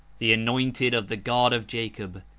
the anointed of the god of jacob,